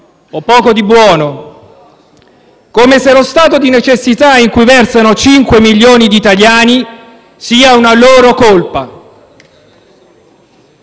o poco di buono, come se lo stato di necessità in cui versano cinque milioni di italiani sia una loro colpa.